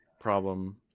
problem